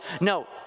no